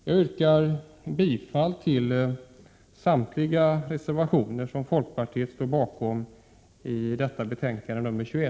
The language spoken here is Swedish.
Jag yrkar bifall till samtliga reservationer i betänkande 21 som folkpartiet står bakom.